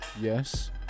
Yes